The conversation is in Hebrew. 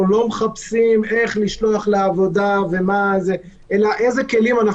אנחנו לא מחפשים איך לשלוח לעבודה אלא אילו כלים אנחנו